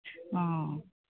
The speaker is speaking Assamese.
অঁ